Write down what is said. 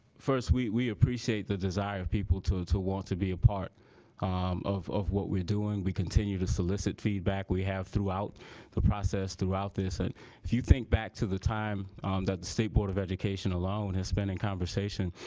first we we appreciate the desire of people to to want to be a part um of of what we're doing we continue to solicit feedback we have throughout the process throughout this and if you think back to the time that the state board of education alone has been in conversation